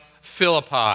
Philippi